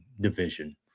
division